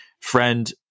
friend